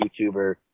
youtuber